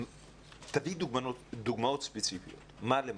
תביאי דוגמאות ספציפיות, מה למשל.